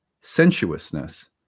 sensuousness